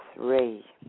three